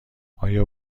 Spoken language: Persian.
آیا